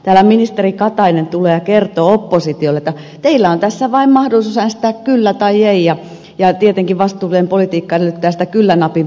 ministeri katainen tulee ja kertoo oppositiolle että teillä on tässä vain mahdollisuus äänestää kyllä tai ei ja tietenkin vastuullinen politiikka edellyttää sitä kyllä napin painallusta